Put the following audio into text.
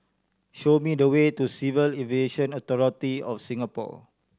show me the way to Civil Aviation Authority of Singapore